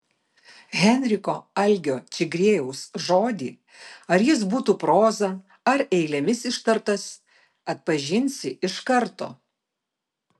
henriko algio čigriejaus žodį ar jis būtų proza ar eilėmis ištartas atpažinsi iš karto